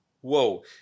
whoa